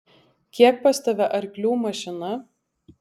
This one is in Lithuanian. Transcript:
kiek pas tave arklių mašina